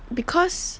because